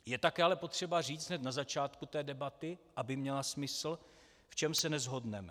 Je také ale potřeba říct hned na začátku té debaty, aby měla smysl, v čem se neshodneme.